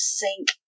sink